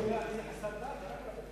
מי שקובע מי חסר דת זה רק הרבנות.